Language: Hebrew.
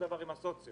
דבר עם הסוציו.